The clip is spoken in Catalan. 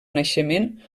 naixement